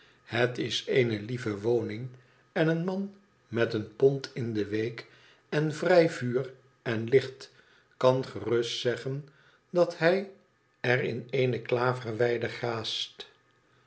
het is eene lieve woning en een man met een pond in de week en vrij vuur en licht kan gerust zeggen dat hij er in eene klaverweide graast